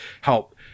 help